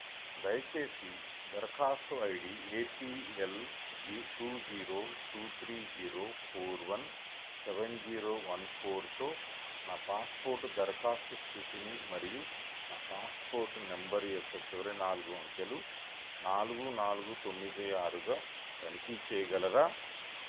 దయచేసి దరఖాస్తు I D A P L G two zero two three zero four one seven zero one ఫోర్తో నా passport దరఖాస్తు స్థితిని మరియు నా పాస్పోర్ట్ నెంబర్ యొక్క చివరి నాలుగు అంకెలు నాలుగు నాలుగు తొమ్మిది ఆరుగా తనిఖీ చేయగలరా